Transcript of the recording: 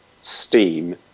steam